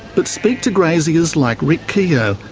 but speak to graziers like rick keogh,